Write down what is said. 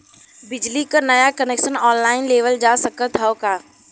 बिजली क नया कनेक्शन ऑनलाइन लेवल जा सकत ह का?